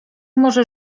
może